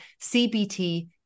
CBT